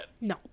No